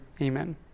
Amen